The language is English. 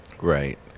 Right